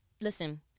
Listen